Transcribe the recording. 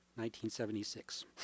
1976